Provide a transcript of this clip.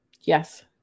yes